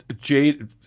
Jade